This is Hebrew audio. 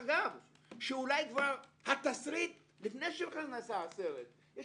שאולי כבר התסריט לפני שנעשה הסרט - יש